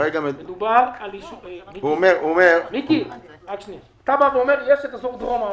מיקי, אתה אומר שיש אזור דרום הארץ,